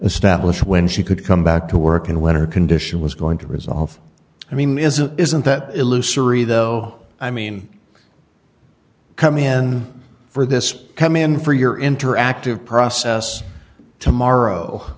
establish when she could come back to work and what her condition was going to resolve i mean isn't isn't that illusory though i mean come in for this come in for your interactive process tomorrow